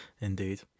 Indeed